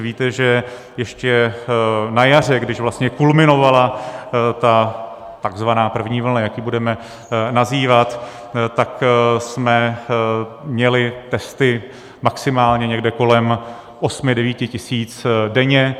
Víte, že ještě na jaře, kdy vlastně kulminovala ta takzvaná první vlna, jak ji budeme nazývat, jsme měli testy maximálně někde kolem osmi devíti tisíc denně.